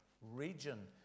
region